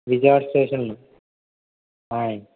విజయవాడ స్టేషన్లో ఆయ్